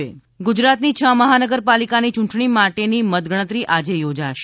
મત ગણતરી ગુજરાતની છ મહાનગરપાલિકાની ચૂંટણી માટેની મતગણતરી આજે યોજાશે